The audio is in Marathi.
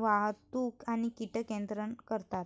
वाहतूक आणि कीटक नियंत्रण करतात